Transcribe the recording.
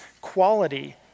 quality